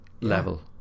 level